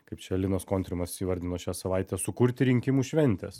kaip čia linas kontrimas įvardino šią savaitę sukurti rinkimų šventės